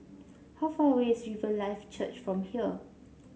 how far away is Riverlife Church from here